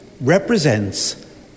represents